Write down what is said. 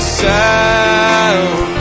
sound